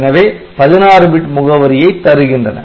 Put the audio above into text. எனவே 16 பிட் முகவரியைத் தருகின்றன